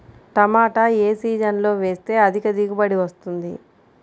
టమాటా ఏ సీజన్లో వేస్తే అధిక దిగుబడి వస్తుంది?